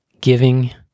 giving